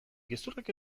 gezurrak